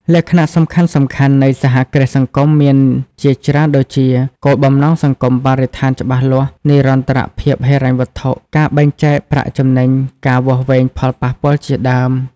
លក្ខណៈសំខាន់ៗនៃសហគ្រាសសង្គមមានជាច្រើនដូចជា គោលបំណងសង្គមបរិស្ថានច្បាស់លាស់ និរន្តរភាពហិរញ្ញវត្ថុ ការបែងចែកប្រាក់ចំណេញ ការវាស់វែងផលប៉ះពាល់ជាដើម ។